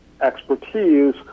expertise